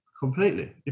Completely